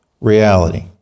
Reality